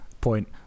point